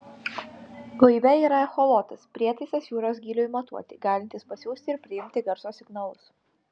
laive yra echolotas prietaisas jūros gyliui matuoti galintis pasiųsti ir priimti garso signalus